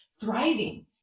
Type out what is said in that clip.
thriving